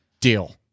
Deal